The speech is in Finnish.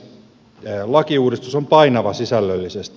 lakiuudistus on painava sisällöllisesti